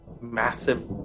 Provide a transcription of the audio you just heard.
massive